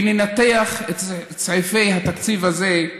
וננתח את סעיפי התקציב הזה.